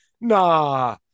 nah